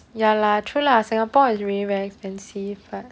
ya lah true lah singapore is really very expensive but